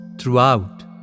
throughout